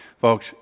Folks